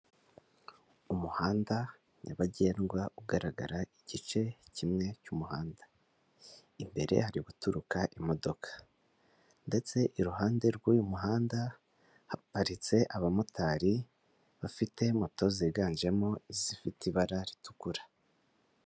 Umuhanda nyabagendwa ugaragara igice kimwe cy'umuhanda, imbere hari guturuka imodoka ndetse iruhande rw'uyu muhanda haparitse abamotari bafite moto ziganjemo izifite ibara ritukura.